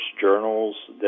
journals